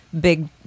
Big